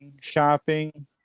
shopping